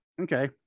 Okay